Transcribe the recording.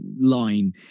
line